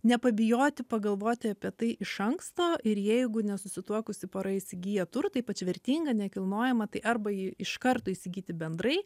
nepabijoti pagalvoti apie tai iš anksto ir jeigu nesusituokusi pora įsigyja turtą ypač vertingą nekilnojamą tai arba jį iš karto įsigyti bendrai